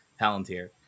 palantir